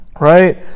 Right